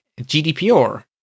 GDPR